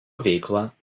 veiklą